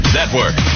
Network